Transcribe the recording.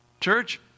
Church